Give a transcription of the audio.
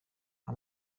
nka